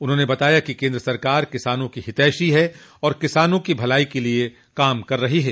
उन्होंने बताया कि केन्द्र सरकार किसानों की हितैषी है और किसानों की भलाई के लिये कार्य कर रही है